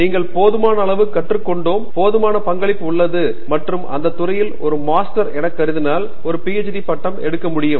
நீங்கள் போதுமான அளவு கற்றுக் கொண்டோம் போதுமான பங்களிக்க உள்ளது மற்றும் அந்த துறையில் ஒரு மாஸ்டர் என கருதினால் ஒரு PhD பட்டம் எடுக்க முடியும்